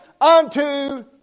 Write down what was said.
unto